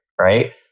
Right